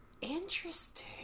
Interesting